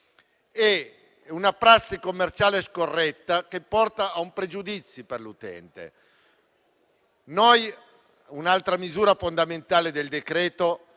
e una prassi commerciale scorretta che porta a pregiudizi per l'utente. Un'altra parte fondamentale del decreto